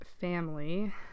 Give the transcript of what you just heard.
family